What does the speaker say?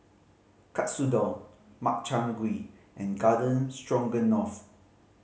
Katsudon Makchang Gui and Garden Stroganoff